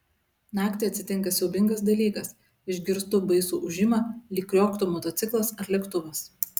naktį atsitinka siaubingas dalykas išgirstu baisų ūžimą lyg krioktų motociklas ar lėktuvas